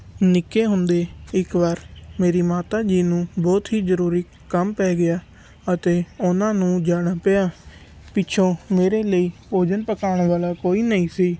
ਨਿੱਕੇ ਹੁੰਦੇ ਇੱਕ ਵਾਰ ਮੇਰੀ ਮਾਤਾ ਜੀ ਨੂੰ ਬਹੁਤ ਹੀ ਜ਼ਰੂਰੀ ਕੰਮ ਪੈ ਗਿਆ ਅਤੇ ਉਹਨਾਂ ਨੂੰ ਜਾਣਾ ਪਿਆ ਪਿੱਛੋਂ ਮੇਰੇ ਲਈ ਭੋਜਨ ਪਕਾਉਣ ਵਾਲਾ ਕੋਈ ਨਹੀਂ ਸੀ